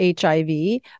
HIV